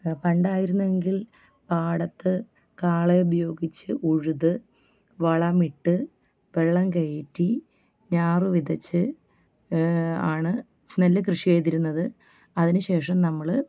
പണ്ടായിരുന്നു എങ്കിൽ പാടത്ത് കാളയെ ഉപയോഗിച്ച് ഉഴുത് വളമിട്ട് വെള്ളം കയറ്റി ഞാറു വിതച്ച് ആണ് നെല്ല് കൃഷി ചെയ്തിരുന്നത് അതിനുശേഷം നമ്മൾ